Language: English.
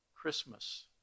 Christmas